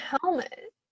helmet